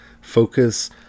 Focus